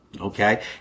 Okay